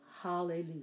Hallelujah